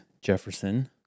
Jefferson